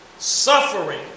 Suffering